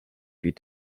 puis